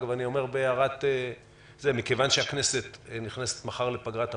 אני אומר בהערת סוגריים שמכיוון שאנו נכנסים מחר לפגרת פסח,